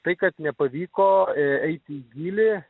tai kad nepavyko įeiti į gylį